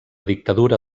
dictadura